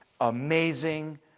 amazing